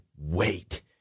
wait